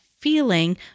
feeling